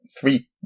three